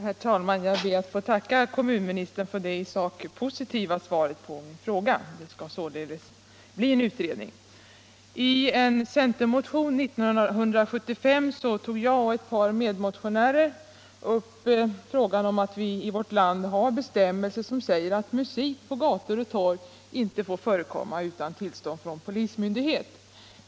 Herr talman! Jag ber att få tacka kommunministern för det i sak positiva svaret på min fråga. Det skall således bli en översyn. I en centermotion 1975 tog jag och ett par medmotionärer upp frågan om att vi i vårt land har bestämmelser som säger att musik på gator och torg inte får förekomma utan tillstånd från polismyndighet.